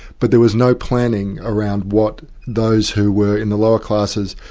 but there was no planning around what those who were in the lower classes,